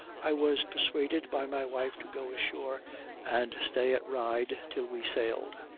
i was persuaded by my wife to go ashore and stay at ryde till we sailed.